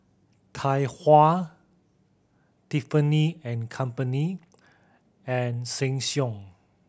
Tai Hua Tiffany and Company and Sheng Siong